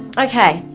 okay,